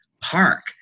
Park